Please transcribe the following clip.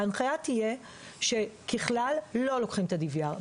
ההנחיה תהיה שככלל לא לוקחים את ה-DVR,